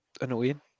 annoying